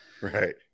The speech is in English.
Right